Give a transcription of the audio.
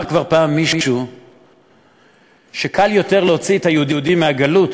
אמר כבר פעם מישהו שקל יותר להוציא את היהודים מהגלות,